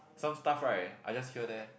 some stuff right I just hear there